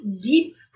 deep